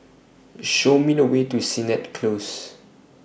Show Me The Way to Sennett Close